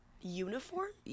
uniform